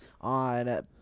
on